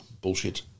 bullshit